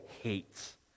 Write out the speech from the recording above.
hates